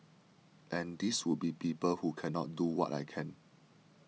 and these would be people who cannot do what I can